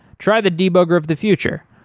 try the debugger of the future,